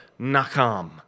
Nakam